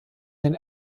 den